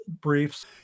briefs